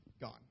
gone